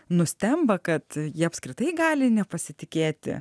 nustemba kad jie apskritai gali nepasitikėti